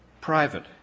private